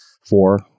four